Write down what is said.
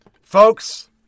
Folks